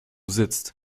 sitzt